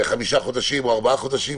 זה אמנם יעודד חיסונים --- זה יעודד חיסונים,